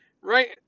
right